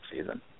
season